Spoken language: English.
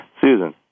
susan